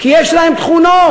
כי יש להן תכונות,